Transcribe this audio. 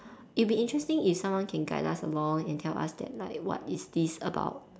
it will be interesting if someone can guide us along and tell us that like what is this about